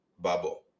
bubble